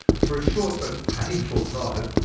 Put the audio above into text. for a short but painful time,